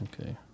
okay